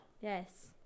yes